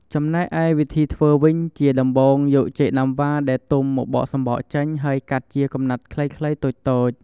ចំណែកឯវិធីធ្វើវិញ ជាដំបូងយកចេកណាំវ៉ាដែលទុំមកបកសំបកចេញ ហើយកាត់ជាកំណាត់ខ្លីៗតូចៗ។